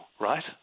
right